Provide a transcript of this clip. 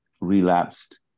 relapsed